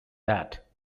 that